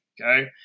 okay